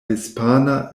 hispana